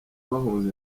bahunze